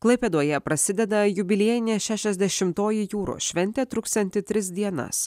klaipėdoje prasideda jubiliejinė šešiasdešimtoji jūros šventė truksianti tris dienas